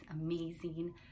amazing